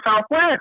Southwest